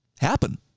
happen